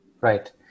Right